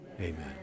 Amen